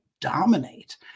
dominate